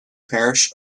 parish